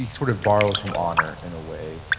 like sort of borrows from honor in a way.